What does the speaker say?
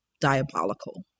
diabolical